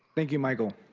thank you michael.